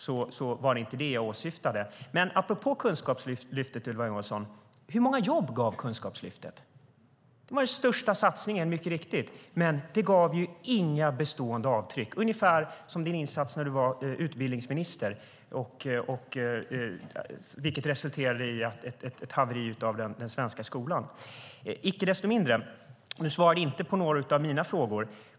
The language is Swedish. Det var inte det jag åsyftade, men apropå Kunskapslyftet - hur många jobb gav det, Ylva Johansson? Det var mycket riktigt den största satsningen, men det gav inga bestående avtryck. Det är ungefär som din insats när du var utbildningsminister, vilken resulterade i ett haveri av den svenska skolan. Icke desto mindre: Du svarade inte på några av mina frågor.